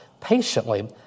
patiently